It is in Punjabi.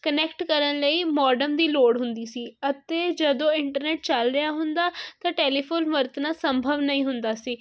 ਕਨੈਕਟ ਕਰਨ ਲਈ ਮਾਡਮ ਦੀ ਲੋੜ ਹੁੰਦੀ ਸੀ ਅਤੇ ਜਦੋਂ ਇੰਟਰਨੈਟ ਚੱਲ ਰਿਹਾ ਹੁੰਦਾ ਤਾਂ ਟੈਲੀਫੋਨ ਵਰਤਣਾ ਸੰਭਵ ਨਹੀਂ ਹੁੰਦਾ ਸੀ